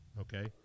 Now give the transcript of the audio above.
okay